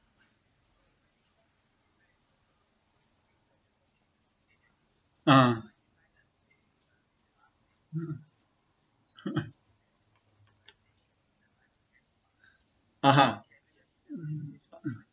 (uh huh) (uh huh)